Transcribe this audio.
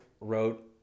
wrote